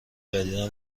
جدیدا